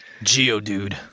Geodude